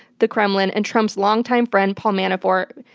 the kremlin, and trump's longtime friend paul manafort,